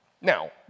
Now